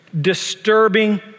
Disturbing